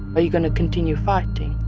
but you going to continue fighting?